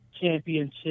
championship